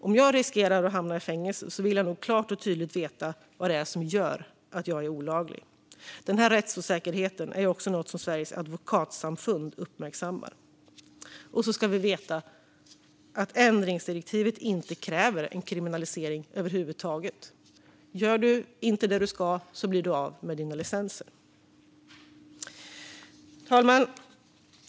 Om jag riskerar att hamna i fängelse vill jag nog klart och tydligt veta vad det är jag gör som är olagligt. Den här rättsosäkerheten är också något som Sveriges Advokatsamfund uppmärksammar. Vi ska också veta att ändringsdirektivet inte kräver en kriminalisering över huvud taget. Gör du inte det du ska blir du av med dina licenser. Herr talman!